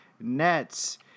Nets